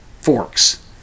forks